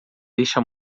deixa